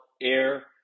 Air